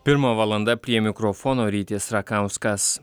pirma valanda prie mikrofono rytis rakauskas